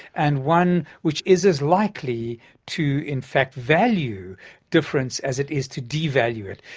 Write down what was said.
and one which is as likely to, in fact, value difference as it is to devalue it.